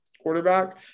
quarterback